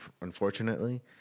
unfortunately